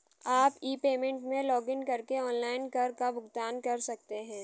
आप e payment में login करके ऑनलाइन कर का भुगतान कर सकते हैं